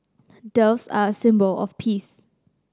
doves are a symbol of peace